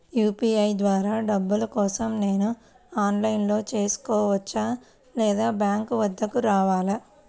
UPI ద్వారా డబ్బులు కోసం నేను ఆన్లైన్లో చేసుకోవచ్చా? లేదా బ్యాంక్ వద్దకు రావాలా?